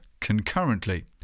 concurrently